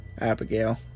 Abigail